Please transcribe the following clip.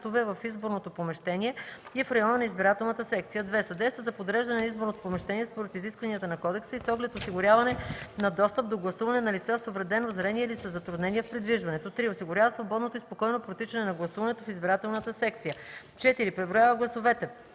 в изборното помещение и в района на избирателната секция; 2. съдейства за подреждане на изборното помещение според изискванията на кодекса и с оглед осигуряване на достъп до гласуване на лица с увредено зрение или със затруднения в придвижването; 3. осигурява свободното и спокойно протичане на гласуването в избирателната секция; 4. преброява гласовете,